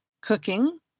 Cooking